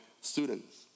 students